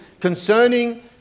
concerning